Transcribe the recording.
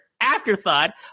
afterthought